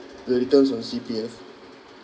the returns on C_P_F